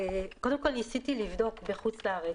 ניסיתי לבדוק בחוץ לארץ,